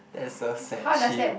that is so sad she